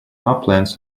uplands